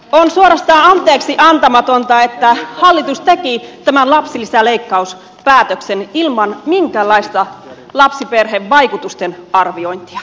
on suorastaan anteeksiantamatonta että hallitus teki tämän lapsilisäleikkauspäätöksen ilman minkäänlaista lapsiperhevaikutusten arviointia